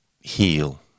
heal